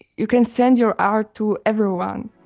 you can send your art to everyone.